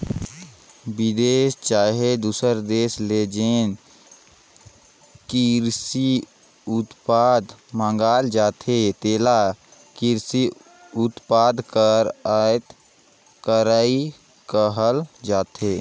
बिदेस चहे दूसर देस ले जेन किरसी उत्पाद मंगाल जाथे तेला किरसी उत्पाद कर आयात करई कहल जाथे